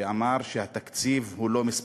ואמר שהתקציב הוא לא מספרים.